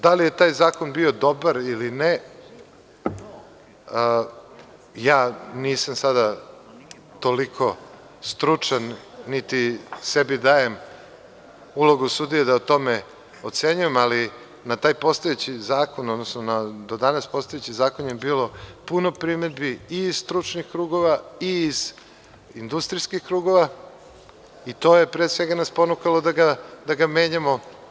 Da li je taj zakon bio dobar ili ne, ja nisam sada toliko stručan, niti sebi dajem ulogu sudije da o tome ocenjujem, ali na taj postojeći zakon, odnosno na do danas postojeći zakon, je bilo puno primedbi i iz stručnih krugova i iz industrijskih krugova i to je, pre svega, nesporno kao da ga menjamo.